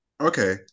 okay